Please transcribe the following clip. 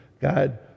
God